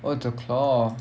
oh it's a cloth